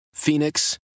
Phoenix